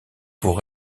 pour